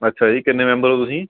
ਅੱਛਾ ਜੀ ਕਿੰਨੇ ਮੈਂਬਰ ਹੋ ਤੁਸੀਂ